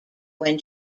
when